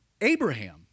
Abraham